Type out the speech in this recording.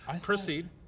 Proceed